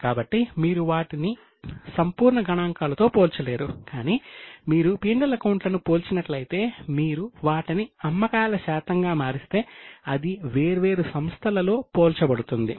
కాబట్టి మీరు వాటిని సంపూర్ణ గణాంకాలతో పోల్చలేరు కానీ మీరు P L అకౌంట్ లను పోల్చినట్లయితే మీరు వాటిని అమ్మకాల శాతంగా మారిస్తే అది వేర్వేరు సంస్థలలో పోల్చబడుతుంది